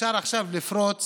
אפשר עכשיו לפרוץ